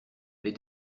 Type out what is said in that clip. les